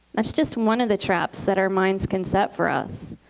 that's just one of the traps that our minds can set for us.